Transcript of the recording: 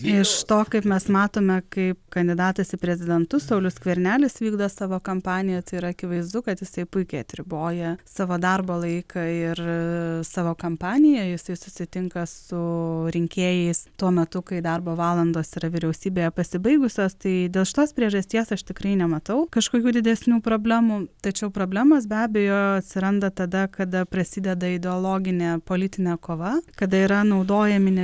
iš to kad mes matome kaip kandidatas į prezidentus saulius skvernelis vykdo savo kampaniją tai yra akivaizdu kad jisai puikiai atriboja savo darbo laiką ir savo kampaniją jisai susitinka su rinkėjais tuo metu kai darbo valandos yra vyriausybėje pasibaigusios tai dėl šitos priežasties aš tikrai nematau kažkokių didesnių problemų tačiau problemos be abejo atsiranda tada kada prasideda ideologinė politinė kova kada yra naudojami ne